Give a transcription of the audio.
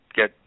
get